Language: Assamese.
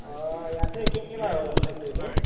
অঁ ইয়াতো একেই বাৰু এইটো ফেক্টৰিতো